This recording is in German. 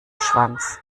schwanz